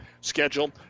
Schedule